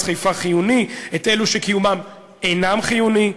חיפה חיוני ואת אלו שקיומם אינו חיוני,